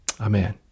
Amen